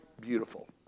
beautiful